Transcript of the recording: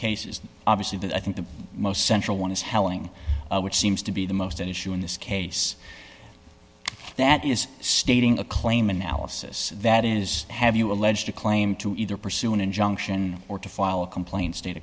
cases obviously but i think the most central one is helling which seems to be the most at issue in this case that is stating a claim analysis that is have you allege to claim to either pursue an injunction or to file a complaint state